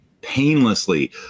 painlessly